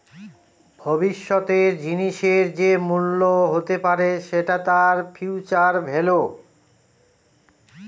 ভবিষ্যতের জিনিসের যে মূল্য হতে পারে সেটা তার ফিউচার ভেল্যু